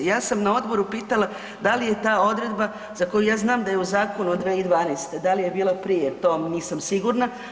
Ja sam na odboru pitala da li je ta odredba za koju ja znam da je u zakonu od 2012., da li je bila prije, to nisam sigurna.